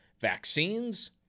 vaccines